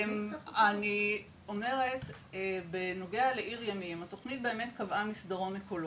אני אומרת בנוגע לעיר ימים התוכנית באמת קבעה מסדרון אקולוגי.